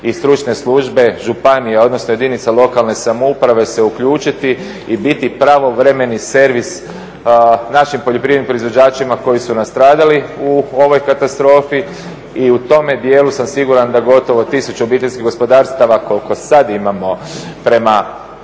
i stručne službe, županija odnosno jedinica lokalne samouprave se uključiti i biti pravovremeni servis našim poljoprivrednim proizvođačima koji su nastradali u ovoj katastrofi i u tome dijelu sam siguran da gotovo tisuću obiteljskih gospodarstava, koliko sad imamo prema